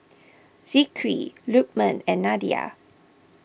Zikri Lukman and Nadia